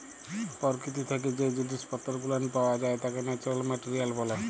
পরকীতি থাইকে জ্যে জিনিস পত্তর গুলান পাওয়া যাই ত্যাকে ন্যাচারাল মেটারিয়াল ব্যলে